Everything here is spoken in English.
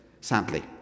sadly